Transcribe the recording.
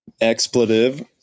expletive